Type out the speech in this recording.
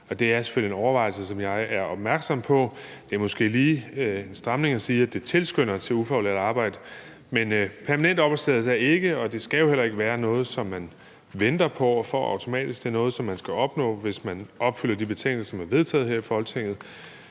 det er selvfølgelig en overvejelse, som jeg er opmærksom på. Det er måske lige en stramning at sige, at det tilskynder til ufaglært arbejde, men permanent opholdstilladelse er ikke og skal jo heller ikke være noget, som man venter på og får automatisk. Det er noget, som man skal opnå, hvis man opfylder de betingelser, som er vedtaget her i Folketinget.